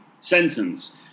sentence